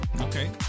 Okay